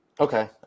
Okay